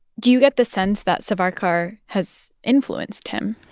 do you get the sense that savarkar has influenced him?